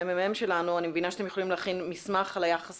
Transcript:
אני מבינה שאתם יכולים להכין מסמך על היחס